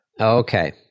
Okay